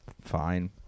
Fine